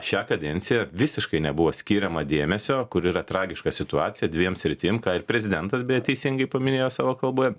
šią kadenciją visiškai nebuvo skiriama dėmesio kur yra tragiška situacija dviem sritim ką ir prezidentas beje teisingai paminėjo savo kalboj